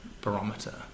barometer